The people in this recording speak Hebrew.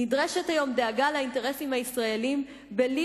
נדרשת היום דאגה לאינטרסים הישראליים בלי